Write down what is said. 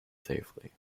safely